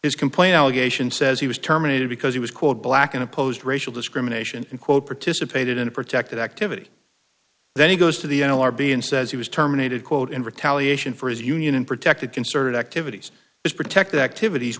is complaint allegation says he was terminated because he was quote black and opposed racial discrimination and quote participated in a protected activity then he goes to the n l r b and says he was terminated quote in retaliation for his union and protected concerted activities as protected activities